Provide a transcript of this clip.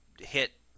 hit